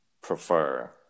prefer